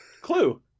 Clue